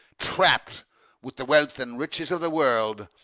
trapp'd with the wealth and riches of the world,